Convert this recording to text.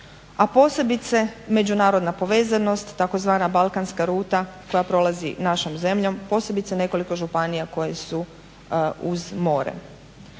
a posebice međunarodna povezanost tzv. balkanska ruta koja prolazi našom zemljom, posebice nekoliko županija koje su uz more.